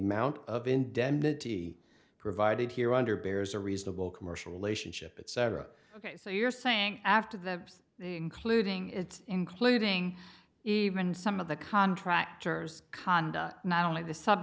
amount of indemnity provided here under bears a reasonable commercial relationship at sarah ok so you're saying after the including it's including even some of the contractors conduct not only the sub